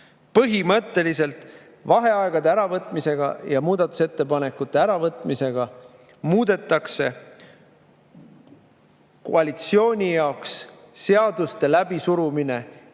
Põhimõtteliselt vaheaegade ja muudatusettepanekute äravõtmisega muudetakse koalitsiooni jaoks seaduste läbisurumine